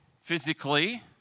physically